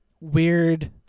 weird